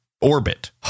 orbit